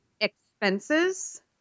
Expenses